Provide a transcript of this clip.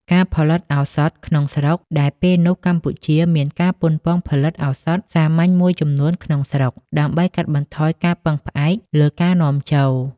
ការផលិតឱសថក្នុងស្រុកដែលពេលនោះកម្ពុជាមានការប៉ុនប៉ងផលិតឱសថសាមញ្ញមួយចំនួនក្នុងស្រុក ដើម្បីកាត់បន្ថយការពឹងផ្អែកលើការនាំចូល។